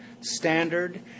standard